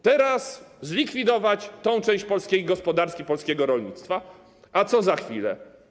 Teraz zlikwidować tę część polskiej gospodarki, polskiego rolnictwa, a co za chwilę?